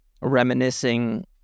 reminiscing